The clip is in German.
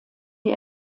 die